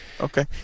okay